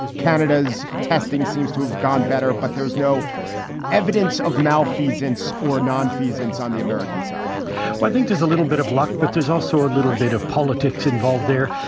canada's testing seems to have gone better. but there is no evidence of malfeasance or nonfeasance on the american side i think there's a little bit of luck, but there's also a little bit of politics involved there.